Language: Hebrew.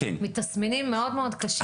מחכים.